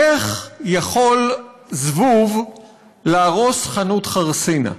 איך יכול זבוב להרוס חנות חרסינה?